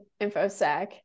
InfoSec